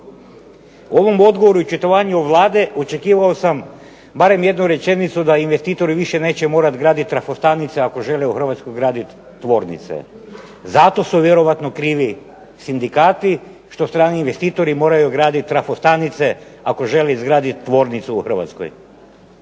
U ovom odgovoru, očitavanju Vlade, očekivao sam barem jednu rečenicu da investitori više neće morati graditi trafostanice ako žele u Hrvatskoj graditi tvornice. Zato su vjerojatno krivi sindikati što strani investitori moraju graditi trafostanice ako žele izgraditi tvornicu u Hrvatskoj.